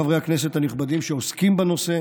חברי הכנסת הנכבדים העוסקים בנושא,